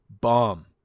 bomb